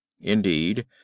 Indeed